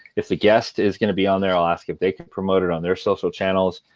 if the guest is going to be on there, i'll ask if they can promote it on their social channels.